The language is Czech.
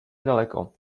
daleko